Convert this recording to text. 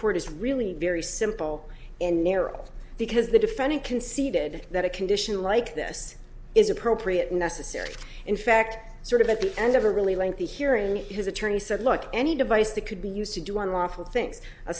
court is really very simple and narrow because the defendant conceded that a condition like this is appropriate and necessary in fact sort of at the end of a really lengthy here and his attorney said look any device that could be used to do unlawful things a